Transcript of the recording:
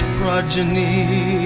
progeny